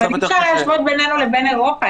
אבל אי-אפשר להשוות ביננו לבין אירופה,